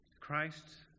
Christ